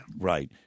Right